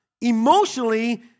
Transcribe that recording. Emotionally